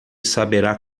saberá